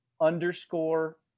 underscore